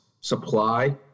supply